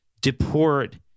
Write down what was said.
deport